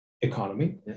economy